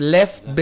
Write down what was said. Left